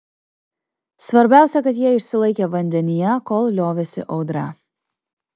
svarbiausia kad jie išsilaikė vandenyje kol liovėsi audra